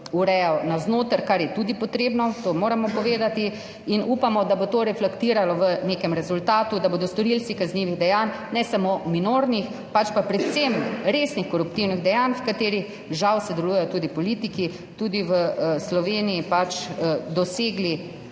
urejal navznoter, kar je tudi potrebno, to moramo povedati, in upamo, da bo to reflektiralo v nekem rezultatu, da bodo storilce kaznivih dejanj, ne samo minornih, pač pa predvsem resnih koruptivnih dejanj, v katerih žal sodelujejo tudi politiki, tudi v Sloveniji obsodili.